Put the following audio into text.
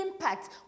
impact